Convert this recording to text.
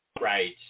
Right